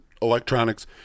electronics